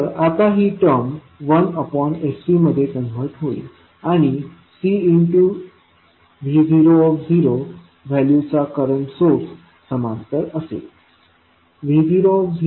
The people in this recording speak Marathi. तर आता ही विशिष्ट टर्म 1sCमध्ये कन्व्हर्ट होईल आणि Cvoव्हॅल्यू चा करंट सोर्स समांतर असेल